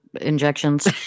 injections